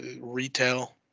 retail